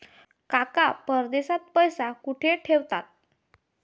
काका परदेशात पैसा कुठे ठेवतात?